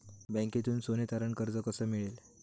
बँकेतून सोने तारण कर्ज कसे मिळेल?